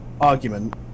argument